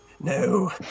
No